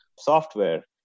software